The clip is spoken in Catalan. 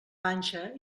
panxa